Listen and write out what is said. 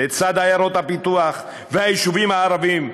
לצד עיירות הפיתוח והיישובים הערביים,